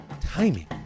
timing